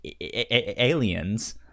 aliens